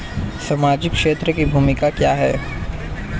सामाजिक क्षेत्र की भूमिका क्या है?